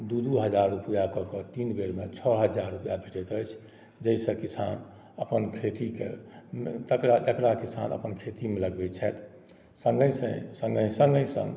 दू दू हजार रुपआ कऽ कऽ तीन बेर मे छओ हजार रुपआ भेटैत अछि जाहिसँ किसान अपन खेतीकेँ तकरा किसान अपन खेतीमे लगबै छथि संगहि संग